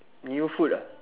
new food ah